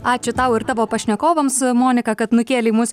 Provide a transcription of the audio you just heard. ačiū tau ir tavo pašnekovams monika kad nukėlei mus